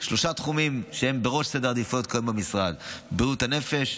יש שלושה תחומים שהם בראש סדר העדיפויות במשרד: בריאות הנפש,